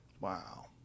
Wow